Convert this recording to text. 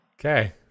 Okay